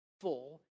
full